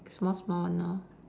small small one lor